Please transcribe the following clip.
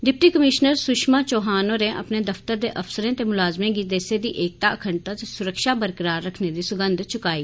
deputy commissioner Sushma Chauhan होरें अपने दफ्तर दे अफसरें ते मुलाज़में गी देसै दी एकता अखंडता ते सुरक्षा बरकरार रक्खने दी सगंघ चुकाई